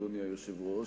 אדוני היושב-ראש,